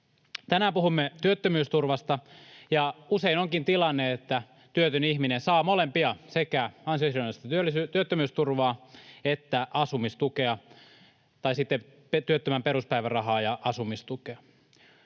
Tänään puhumme työttömyysturvasta. Usein onkin tilanne, että työtön ihminen saa molempia: sekä ansiosidonnaista työttömyysturvaa että asumistukea tai sitten työttömän peruspäivärahaa ja asumistukea.